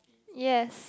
yes